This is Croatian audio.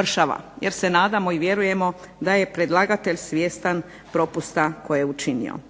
mršava jer se nadamo i vjerujemo da je predlagatelj svjestan propusta koji je učinio.